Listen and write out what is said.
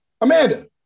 Amanda